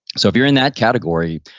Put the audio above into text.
so if you're in that category,